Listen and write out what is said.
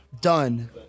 done